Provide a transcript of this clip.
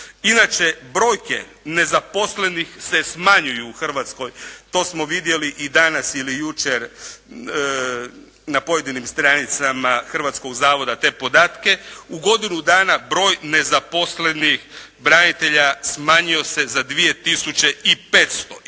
Inače, brojke nezaposlenih se smanjuju u Hrvatskoj, to smo vidjeli i danas ili jučer na pojedinim stranicama Hrvatskog zavoda te podatke. U godinu dana broj nezaposlenih branitelja smanjio se za 2